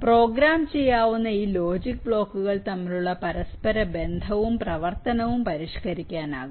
തീർച്ചയായും പ്രോഗ്രാം ചെയ്യാവുന്ന ഈ ലോജിക് ബ്ലോക്കുകൾ തമ്മിലുള്ള പരസ്പരബന്ധവും പ്രവർത്തനവും പരിഷ്കരിക്കാനാകും